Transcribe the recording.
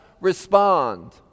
respond